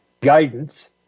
guidance